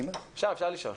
אפשר, אפשר לשאול.